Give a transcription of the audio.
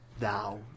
now